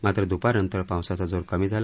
मात्र दुपारनंतर पावसाचा जोर कमी झाला